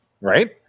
Right